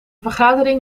vergadering